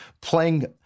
playing